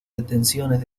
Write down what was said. detenciones